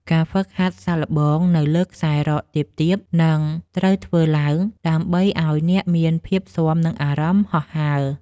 ការហ្វឹកហាត់សាកល្បងនៅលើខ្សែរ៉កទាបៗនឹងត្រូវធ្វើឡើង ដើម្បីឱ្យអ្នកមានភាពស៊ាំនឹងអារម្មណ៍ហោះហើរ។